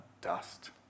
dust